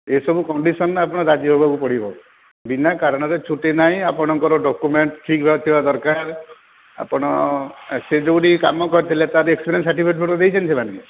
ଏସବୁ କଣ୍ଡିସନ୍ରେ ଆପଣଙ୍କୁ ରାଜି ହେବାକୁ ପଡ଼ିବ ବିନା କାରଣରେ ଛୁଟି ନାହିଁ ଆପଣଙ୍କର ଡକ୍ୟୁମେଣ୍ଟ ଠିକ୍ ଭାବରେ ଥିବା ଦରକାର ଆପଣ ସେ ଯେଉଁଠି କାମ କରିଥିଲେ ତା'ର ଏକ୍ସପରିଏନ୍ସ ସାଟିଫିକେଟ୍ ଫାଟିଫିକେଟ୍ ଦେଇଛନ୍ତି ସେମାନେ